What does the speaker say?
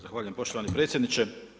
Zahvaljujem poštovani predsjedniče.